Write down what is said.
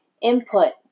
input